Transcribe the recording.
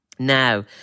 Now